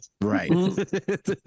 right